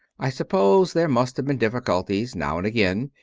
i suppose there must have been diffi culties now and again,